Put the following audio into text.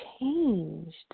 changed